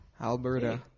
Alberta